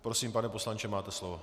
Prosím pane poslanče, máte slovo.